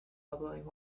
elbowing